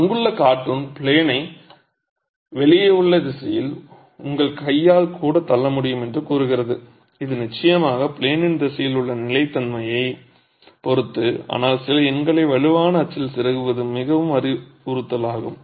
அங்குள்ள கார்ட்டூன் ப்ளேனை வெளியே உள்ள திசையில் உங்கள் கையால் கூட தள்ள முடியும் என்று கூறுகிறது இது நிச்சயமாக ப்ளேனின் திசையில் உள்ள நிலைத்தன்மையைப் பொறுத்தது ஆனால் சில எண்களை வலுவான அச்சில் செருகுவது மிகவும் அறிவுறுத்தலாகும்